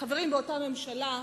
כחברים באותה ממשלה,